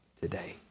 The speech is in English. today